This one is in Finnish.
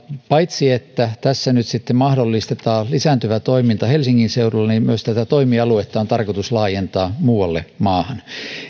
paitsi että tässä nyt sitten mahdollistetaan lisääntyvä toiminta helsingin seudulla myös tätä toimialuetta on tarkoitus laajentaa muualle maahan